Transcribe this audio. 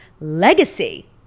legacy